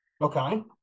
Okay